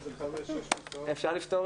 בוקר טוב